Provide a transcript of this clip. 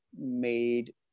made